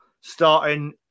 starting